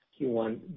Q1